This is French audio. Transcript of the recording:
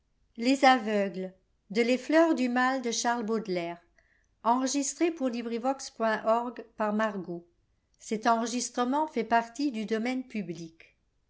les fleurs du mal ne